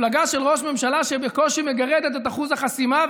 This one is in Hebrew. מפלגה של ראש ממשלה שבקושי מגרדת את אחוז החסימה,